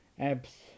apps